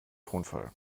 tonfall